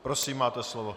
Prosím, máte slovo.